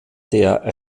der